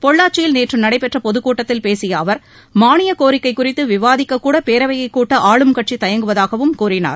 பொள்ளாச்சியில் நேற்று நடைபெற்ற பொதுக் கூட்டத்தில் பேசிய அவர் மானியக் கோரிக்கை குறித்து விவாதிக்கக்கூட பேரவையைக் கூட்ட ஆளும் கட்சி தயங்குவதாகவும் கூறினார்